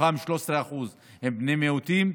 מתוכם 13% הם בני מיעוטים.